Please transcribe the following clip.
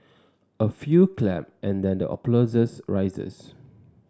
a few clap and then the applause rises